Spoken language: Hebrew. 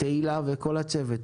תהילה וכל הצוות,